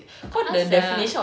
kau dah sia